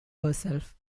herself